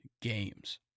games